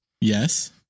Yes